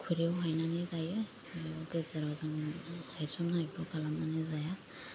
खुरैआव हायनानै जायो गेजेराव जोङो हायसननायखौ खालामनानै जाया